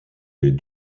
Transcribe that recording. les